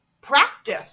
practice